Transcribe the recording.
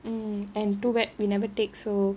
mm and too bad we never take so